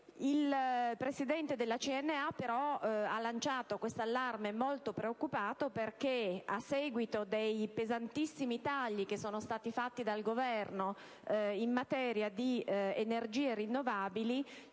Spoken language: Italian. Il Presidente della CNA ha lanciato questo allarme molto preoccupato perché a causa dei pesantissimi tagli fatti dal Governo in materia di energie rinnovabili